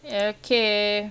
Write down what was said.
ya okay